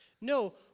No